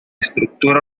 estructura